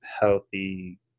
healthy